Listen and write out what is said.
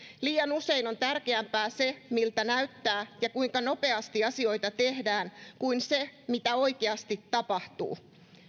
liian usein on tärkeämpää se miltä näyttää ja kuinka nopeasti asioita tehdään kuin se mitä oikeasti tapahtuu